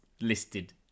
listed